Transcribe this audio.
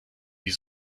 die